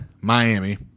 Miami